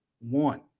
one